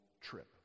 trip